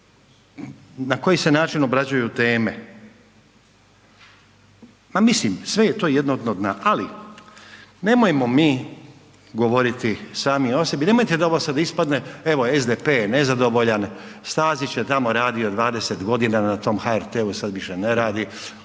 Na koji se način obrađuju teme. Pa mislim, sve je to jedno dno dna ali nemojmo mi govoriti sami o sebi, nemojte da ovo sad ispadne evo, SDP je nezadovoljan, Stazić je tamo radio 20 g. na tom HRT-u, sad više ne radi